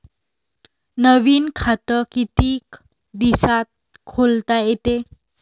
नवीन खात कितीक दिसात खोलता येते?